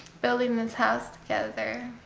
building this house together